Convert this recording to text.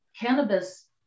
cannabis